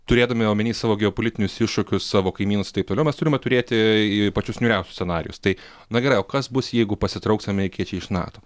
turėdami omeny savo geopolitinius iššūkius savo kaimynus taip toliau mes turime turėti pačius niūriausius scenarijus tai na gerai o kas bus jeigu pasitrauks amerikiečiai iš nato